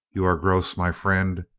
you are gross, my friend.